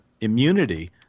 immunity